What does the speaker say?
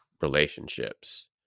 relationships